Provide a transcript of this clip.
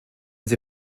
sie